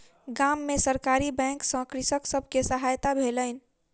गाम में सरकारी बैंक सॅ कृषक सब के सहायता भेलैन